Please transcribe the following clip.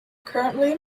currently